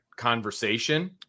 Conversation